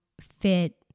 fit